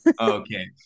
Okay